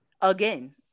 Again